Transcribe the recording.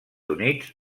units